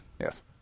Yes